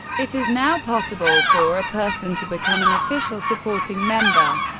it is now possible for a person to become an official supporting member.